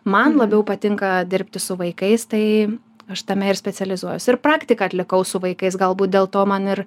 man labiau patinka dirbti su vaikais tai aš tame ir specializuojuos ir praktiką atlikau su vaikais galbūt dėl to man ir